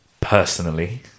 personally